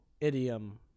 idiom